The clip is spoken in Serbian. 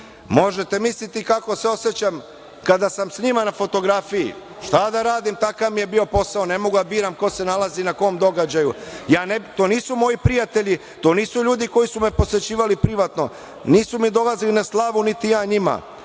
Možete misliti kako se osećam kada sam sa njima na fotografiji. Šta da radim, takav mi je bio posao. Ne mogu da biram ko se nalazi na kom događaju. To nisu moji prijatelji, to nisu ljudi koji su me posećivali privatno, nisu mi dolazili na slavu, niti ja njima,